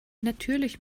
natürlich